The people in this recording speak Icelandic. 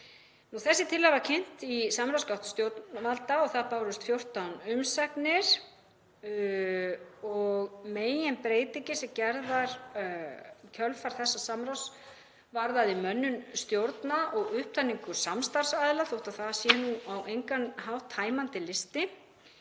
Þessi tillaga var kynnt í samráðsgátt stjórnvalda og bárust 14 umsagnir. Meginbreytingin sem gerð var í kjölfar þessa samráðs varðaði mönnun stjórna og upptalningu samstarfsaðila þótt það sé nú á engan hátt tæmandi listi.